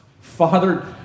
Father